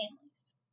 Families